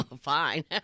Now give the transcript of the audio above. fine